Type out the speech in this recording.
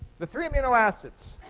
the three amino acids